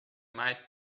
might